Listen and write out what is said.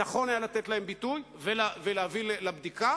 נכון היה לתת להן ביטוי ולהביא לבדיקה,